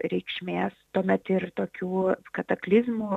reikšmės tuomet ir tokių kataklizmų